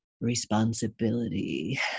responsibility